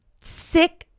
sick